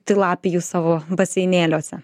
tilapijus savo baseinėliuose